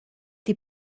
die